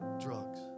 drugs